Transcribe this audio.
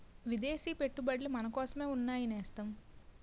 విదేశీ పెట్టుబడులు మనకోసమే ఉన్నాయి నేస్తం